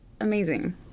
amazing